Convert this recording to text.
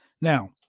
Now